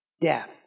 Death